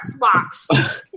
Xbox